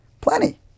Plenty